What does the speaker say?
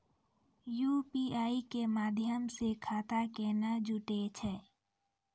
UPI के माध्यम से खाता केना जुटैय छै?